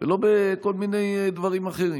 ולא בכל מיני דברים אחרים.